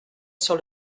sur